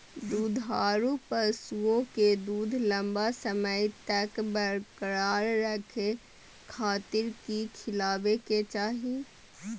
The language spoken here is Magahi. दुधारू पशुओं के दूध लंबा समय तक बरकरार रखे खातिर की खिलावे के चाही?